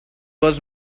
was